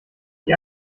die